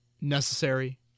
necessary